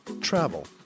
travel